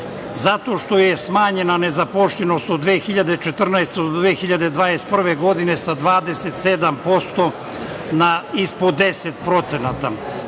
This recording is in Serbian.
Zato što je smanjena nezaposlenost od 2014. do 2021. godine sa 27% na ispod 10%,